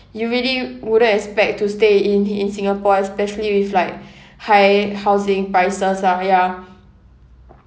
you really wouldn't expect to stay in in singapore especially with like high housing prices ah ya